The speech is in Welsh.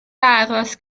aros